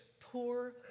poor